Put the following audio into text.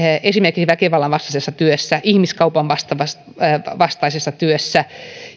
esimerkiksi väkivallan vastaisessa työssä ihmiskaupan vastaisessa työssä